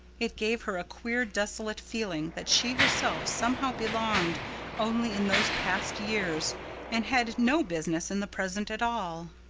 it gave her a queer desolate feeling that she herself somehow belonged only in those past years and had no business in the present at all.